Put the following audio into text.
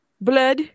blood